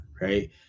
Right